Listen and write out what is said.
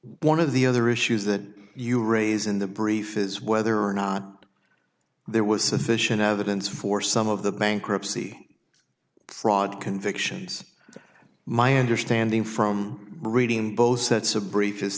one of the other issues that you raise in the brief is whether or not there was sufficient evidence for some of the bankruptcy fraud convictions my understanding from reading both sets of br